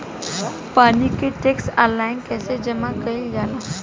पानी क tax online कईसे जमा कईल जाला?